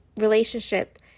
relationship